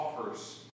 offers